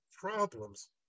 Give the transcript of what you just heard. problems